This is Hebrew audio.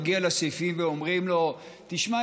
הוא מגיע לסעיפים ואומרים לו: תשמע,